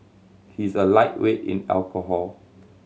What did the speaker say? he is a lightweight in alcohol